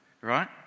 right